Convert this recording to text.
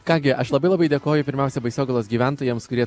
ką gi aš labai labai dėkoju pirmiausia baisogalos gyventojams kurie